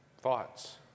thoughts